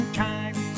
time